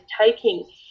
taking